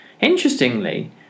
Interestingly